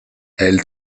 elle